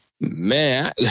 man